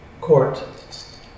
court